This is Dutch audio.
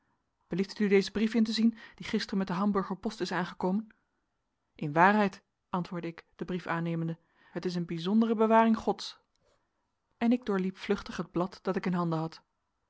belieft het u dezen brief in te zien die gisteren met de hamburger post is aangekomen in waarheid antwoordde ik den brief aannemende het is eene bijzondere bewaring gods en ik doorliep vluchtig het blad dat ik in handen had